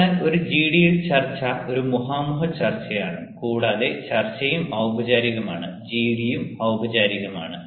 അതിനാൽ ഒരു ജിഡിയിൽ ചർച്ച ഒരു മുഖാമുഖ ചർച്ചയാണ് കൂടാതെ ചർച്ചയും ഔപചാരികമാണ് ജിഡിയും ഔപപചാരികമാണ്